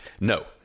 No